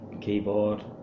keyboard